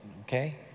okay